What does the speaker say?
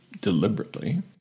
deliberately